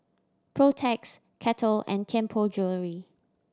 Protex Kettle and Tianpo Jewellery